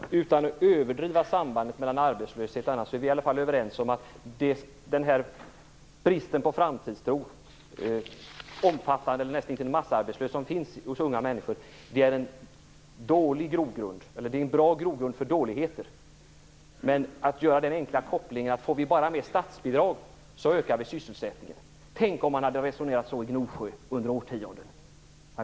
Herr talman! Jag vill inte överdriva sambandet med arbetslösheten, men vi är i alla fall överens om att den brist på framtidstro och nästintill massarbetslöshet som finns hos unga människor är en bra grogrund för dåligheter. Det är dock en väl enkel koppling att sysselsättningen ökar bara vi får mer statsbidrag. Tänk om man under årtionden hade resonerat så i Gnosjö, Alice Åström!